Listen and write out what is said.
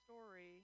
story